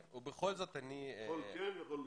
יכול כן ויכול לא.